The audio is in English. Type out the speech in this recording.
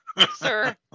sir